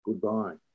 goodbye